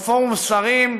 או פורום שרים,